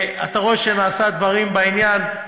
אתה רואה שנעשים דברים בעניין,